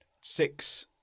Six